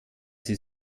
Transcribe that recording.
sie